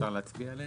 אפשר להצביע?